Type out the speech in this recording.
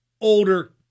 older